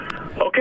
Okay